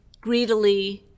greedily